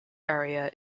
area